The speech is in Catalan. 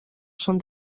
són